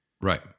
Right